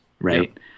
Right